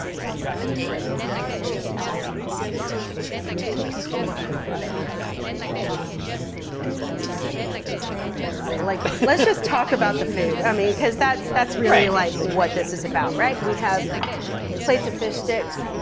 right? you have to do sort of an even layer on the bottom to make sure that everything gets crispy, but then you're only making about two servings of food at a time or or less. like, but let's just talk about the food. i mean, cause that's that's really right. like what this is about, right? we have plates of fish sticks.